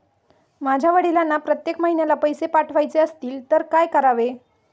माझ्या वडिलांना प्रत्येक महिन्याला पैसे पाठवायचे असतील तर काय करावे?